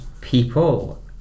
people